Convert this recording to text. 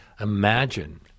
imagine